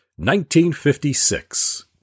1956